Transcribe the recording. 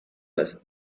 less